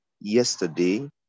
yesterday